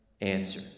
answer